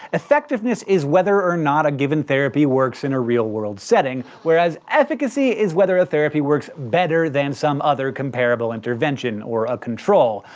effectiveness is whether or not a given therapy works in a real-world setting, whereas efficacy is whether a therapy works better than some other, comparable intervention, or a control.